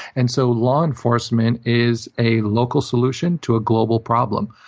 and so law enforcement is a local solution to a global problem.